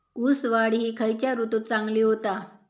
ऊस वाढ ही खयच्या ऋतूत चांगली होता?